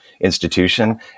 institution